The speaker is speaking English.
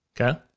Okay